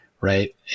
right